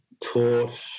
taught